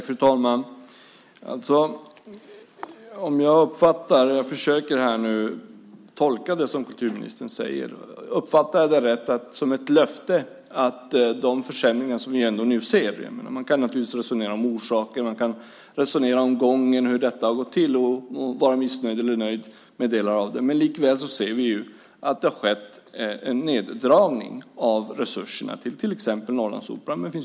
Fru talman! Jag försöker tolka det som kulturministern säger. Uppfattar jag det rätt, att det är ett löfte när det gäller de försämringar som vi nu ändå ser? Man kan resonera om orsaker, man kan resonera om gången, hur detta har gått till och vara missnöjd eller nöjd med delar av det. Likväl ser vi att det har skett en neddragning av resurserna till Norrlandsoperan exempelvis.